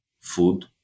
food